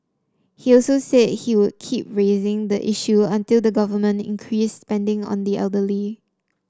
he also said he would keep raising the issue until the government increased spending on the elderly